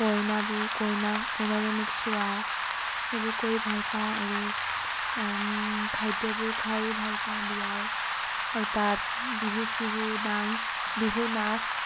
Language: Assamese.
কইনাবোৰ কইনাক কইনাজনীক চোৱা সেইবোৰ কৰি ভাল পাওঁ আৰু খাদ্যবোৰ খায়ো ভাল পাওঁ বিয়াৰ আৰু তাত বিহু চিহু ডাঞ্চ বিহু নাচ